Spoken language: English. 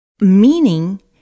meaning